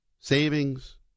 savings